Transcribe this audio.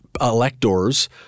electors